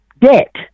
debt